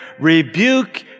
rebuke